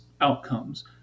outcomes